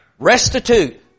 Restitute